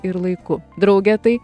ir laiku drauge tai